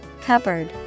Cupboard